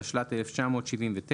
התשל"ט-1979,